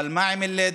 אבל מה עם אל-לד?